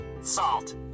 salt